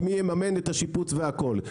מי יממן את השיפוץ והכול.